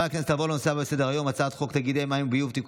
אם כן,